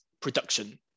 production